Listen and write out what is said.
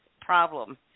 problem